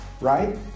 right